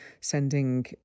sending